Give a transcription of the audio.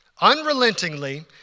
Unrelentingly